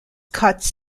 cuts